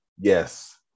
Yes